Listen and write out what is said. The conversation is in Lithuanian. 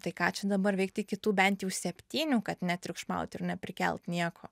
tai ką čia dabar veikti iki tų bent jau septynių kad netriukšmaut ir neprikelt nieko